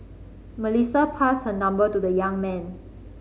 Melissa passed her number to the young man